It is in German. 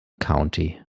county